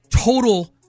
total